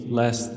less